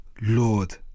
Lord